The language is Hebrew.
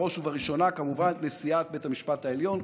בראש ובראשונה כמובן את נשיאת בית המשפט העליון,